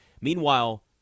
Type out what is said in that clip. Meanwhile